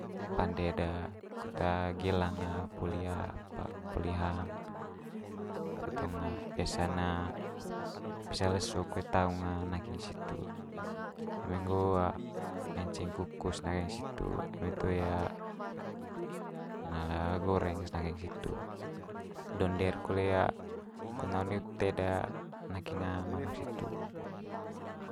Pande'd de kut gelang poli apa poli hang, itu tong biasa'n pisa leso koe taong nakeng situ. Eme nggo nganceng kukus nakeng situ eme toe na le goreng nakeng situ, donde'r kole kut na one ute'd nakeng manuk situ.